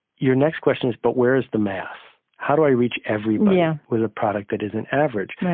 your next question is, but where is the mass? how do i reach everybody yeah with a product that isn't average?